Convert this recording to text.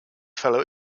fellow